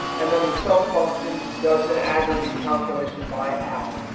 and then the sum function does an aggregate calculation by adding.